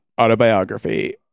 Autobiography